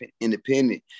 independent